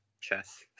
chess